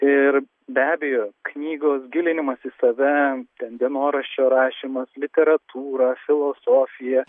ir be abejo knygos gilinimas į save dienoraščio rašymas literatūra filosofija